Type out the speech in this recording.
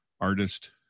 artist